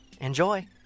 Enjoy